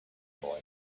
boy